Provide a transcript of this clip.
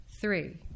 Three